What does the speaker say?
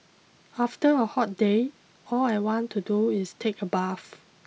after a hot day all I want to do is take a bath